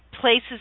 places